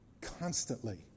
constantly